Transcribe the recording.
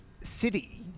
City